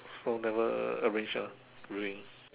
so never arrange ah really